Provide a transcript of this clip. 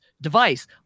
device